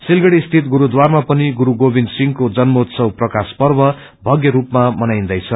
सिलगड़ी स्थित गुरूढारमा पनि गुरू गोविन्द सिंहको जन्मोत्सव प्रकाश पर्व थव्य स्तपमा मनाइन्दैछ